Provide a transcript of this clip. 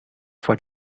for